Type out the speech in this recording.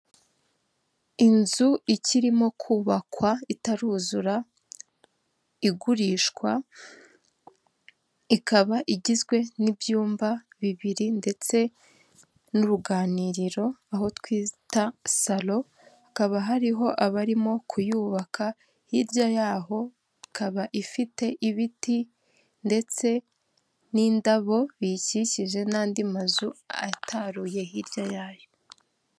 Inzu ikirimo kubakwa itaruzura, igurishwa, ikaba igizwe n'ibyumba bibiri ndetse n'uruganiriro aho twita salo, hakaba hariho abarimo kuyubaka, hirya y'aho ikaba ifite ibiti, ndetse n'indabo biyikikije n'andi mazu ataruye hirya yayo.